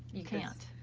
you can't.